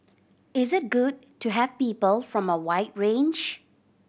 is it good to have people from a wide range